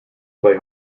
play